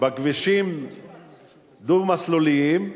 בכבישים דו-מסלוליים,